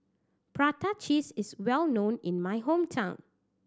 prata cheese is well known in my hometown